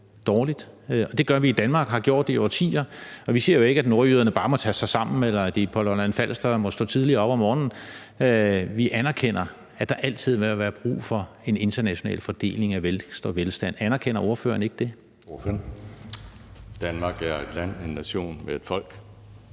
Det gør vi i Danmark og har gjort det i årtier. Og vi siger jo ikke, at nordjyderne bare må tage sig sammen, eller at de på Lolland-Falster må stå tidligt op om morgenen. Vi anerkender, at der altid vil være brug for en international fordeling af velstand. Anerkender ordføreren ikke det?